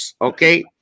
Okay